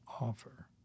offer